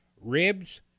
ribs